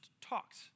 talks